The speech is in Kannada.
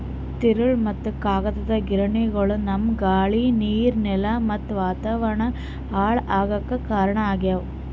ತಿರುಳ್ ಮತ್ತ್ ಕಾಗದದ್ ಗಿರಣಿಗೊಳು ನಮ್ಮ್ ಗಾಳಿ ನೀರ್ ನೆಲಾ ಮತ್ತ್ ವಾತಾವರಣ್ ಹಾಳ್ ಆಗಾಕ್ ಕಾರಣ್ ಆಗ್ಯವು